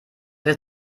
wird